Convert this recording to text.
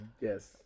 Yes